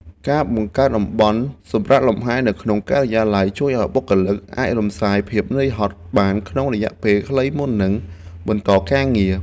ការបង្កើតតំបន់សម្រាកលម្ហែនៅក្នុងការិយាល័យជួយឱ្យបុគ្គលិកអាចរំសាយភាពហត់នឿយបានក្នុងរយៈពេលខ្លីមុននឹងបន្តការងារ។